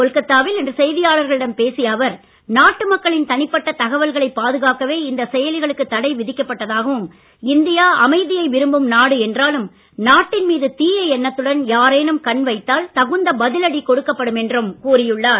கொல்கத்தாவில் இன்று செய்தியாளர்களிடம் பேசிய அவர் நாட்டு மக்களின் தனிப்பட்ட தகவல்களை பாதுகாக்கவே இந்த செயலிகளுக்கு தடை விதிக்கப்பட்டதாகவும் இந்தியா அமைதியை விரும்பும் நாடு என்றாலும் நாட்டின் மீது தீய எண்ணத்துடன் யாரேனும் கண் வைத்தால் தகுந்த பதிலடி கொடுக்கப்படும் என்றும் அவர் கூறியுள்ளார்